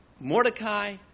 Mordecai